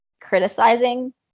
criticizing